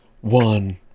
One